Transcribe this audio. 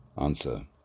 Answer